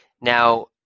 Now